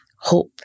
hope